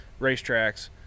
racetracks